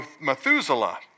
Methuselah